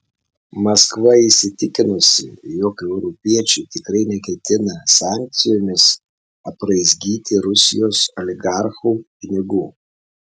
maskva įsitikinusi jog europiečiai tikrai neketina sankcijomis apraizgyti rusijos oligarchų pinigų